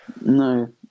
no